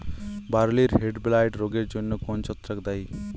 বার্লির হেডব্লাইট রোগের জন্য কোন ছত্রাক দায়ী?